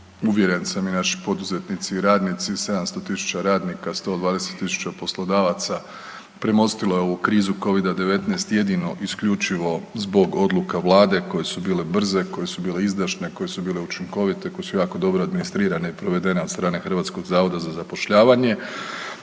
uvjeren sam i naši poduzetnici i radnici, 700.000 radnika, 120.000 poslodavaca premostilo je ovu krizu Covida-19 jedino i isključivo zbog odluka vlade koje su bile brze, koje su bile izdašne, koje su bile učinkovite, koje su jako dobro administrirane i provedene od strane HZZ-a. Ono što je